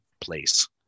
place